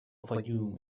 fayoum